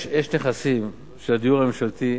יש נכסים של הדיור הממשלתי,